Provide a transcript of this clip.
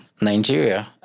Nigeria